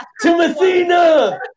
Timothina